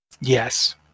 Yes